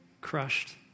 Crushed